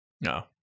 No